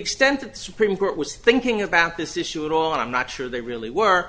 extent that supreme court was thinking about this issue at all i'm not sure they really were